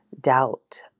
doubt